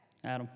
Adam